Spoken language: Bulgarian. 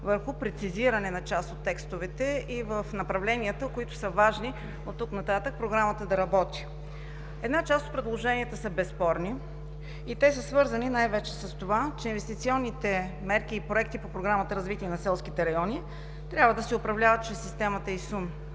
върху прецизиране на част от текстовете и в направленията, които са важни оттук нататък Програмата да работи. Една част от предложенията са безспорни и те са свързани най-вече с това, че инвестиционните мерки и проекти по Програмата за развитие на селските райони трябва да се управляват чрез системата ИСУН